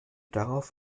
darauf